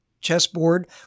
chessboard